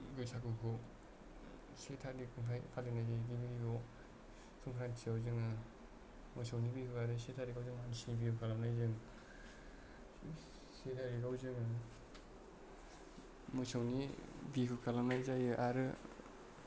बैसागुखौ स्नि तारिखनिफ्राय फालिनाय जायो जोङो बिहुआव संक्रान्तिखौ जोङो मोसौनि बिहु आरो से तारिखाव जों मानसिनि बिहु खालामनाय जायो से तारिखाव जोङो मोसौनि बिहु खालामनाय जायो आरो